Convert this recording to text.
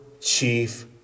chief